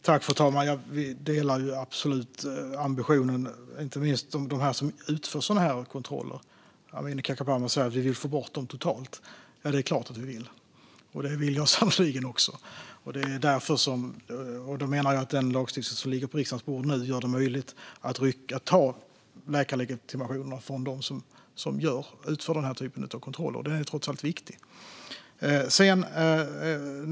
Fru ålderspresident! Jag delar absolut den ambitionen. Det gäller inte minst dem som utför sådana här kontroller. Amineh Kakabaveh säger att vi vill få bort dem totalt. Det är klart att vi vill. Det vill sannerligen också jag. Jag menar att den lagstiftning som nu ligger på riksdagens bord gör det möjligt att ta läkarlegitimationer från dem som utför den här typen av kontroller. Det är trots allt viktigt.